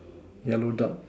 yellow dot